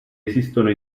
esistono